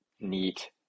Neat